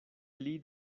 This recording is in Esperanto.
pli